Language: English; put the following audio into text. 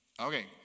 Okay